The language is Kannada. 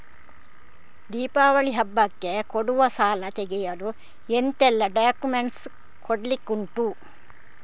ದೀಪಾವಳಿ ಹಬ್ಬಕ್ಕೆ ಕೊಡುವ ಸಾಲ ತೆಗೆಯಲು ಎಂತೆಲ್ಲಾ ಡಾಕ್ಯುಮೆಂಟ್ಸ್ ಕೊಡ್ಲಿಕುಂಟು?